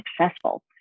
successful